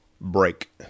break